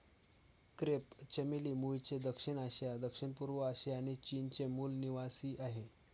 crepe चमेली मूळचे दक्षिण आशिया, दक्षिणपूर्व आशिया आणि चीनचे मूल निवासीआहे